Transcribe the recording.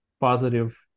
positive